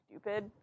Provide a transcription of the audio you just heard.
stupid